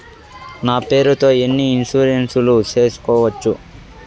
నా పేరుతో ఎన్ని ఇన్సూరెన్సులు సేసుకోవచ్చు?